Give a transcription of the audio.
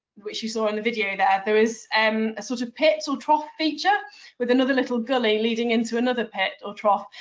which you saw in the video there, there is um a sort of pit or trough feature with another little gully leading into another pit or trough.